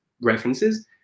references